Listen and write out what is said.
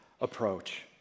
approach